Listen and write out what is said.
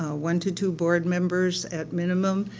ah one to two board members at minimum,